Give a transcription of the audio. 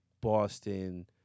Boston